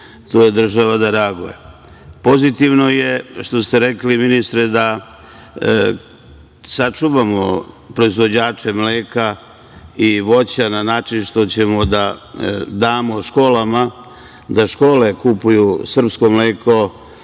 tu je država da reaguje. Pozitivno je što ste rekli, ministre da sačuvamo proizvođače mleka i voća na način što ćemo da damo školama da škole kupuju srpsko mleko